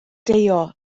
deio